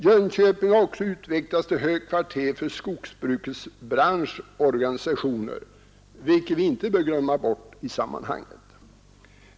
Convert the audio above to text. Jönköping har också utvecklats till högkvarter för skogsbrukets branschorganisationer, vilket vi inte bör glömma bort i sammanhanget.